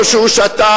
או שהוא שתה,